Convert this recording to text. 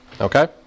Okay